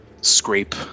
scrape